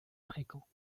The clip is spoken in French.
fréquent